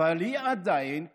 אבל הוא עדיין כפר.